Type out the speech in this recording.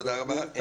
תודה רבה.